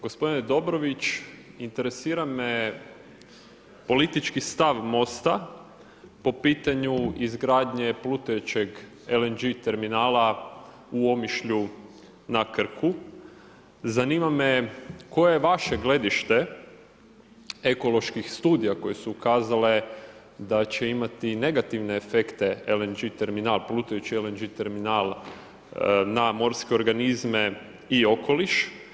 Gospodine Dobrović, interesira me politički stav Most-a po pitanju izgradnje plutajućeg LNG terminala u Omišlju na Krku, zanima me koje je vaše gledište ekoloških studija koje su ukazale da će imati negativne efekte plutajući LNG terminal na morske organizme i okoliš.